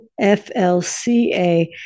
FLCA